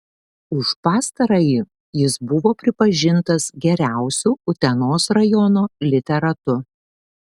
už pastarąjį jis buvo pripažintas geriausiu utenos rajono literatu